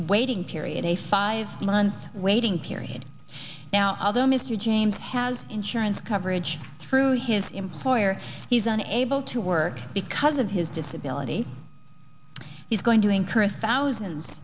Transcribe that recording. waiting period a five month waiting period now although mr james has insurance coverage through his employer he isn't able to work because of his disability he's going to incur thousands